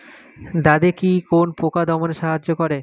দাদেকি কোন পোকা দমনে সাহায্য করে?